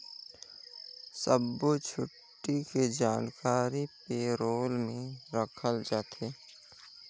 सब्बो छुट्टी के जानकारी पे रोल में रखल जाथे